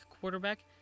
quarterback